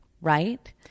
Right